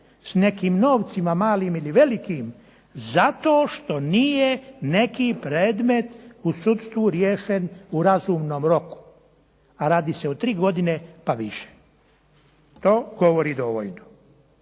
s nekim novcima malim ili velikim zato što nije neki predmet u sudstvu riješen u razumnom roku, a radi se o 3 godine pa više. To govori dovoljno.